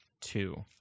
two